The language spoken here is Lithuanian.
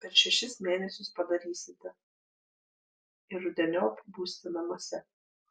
per šešis mėnesius padarysite ir rudeniop būsite namuose